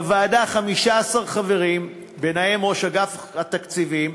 בוועדה 15 חברים, ובהם ראש אגף התקציבים,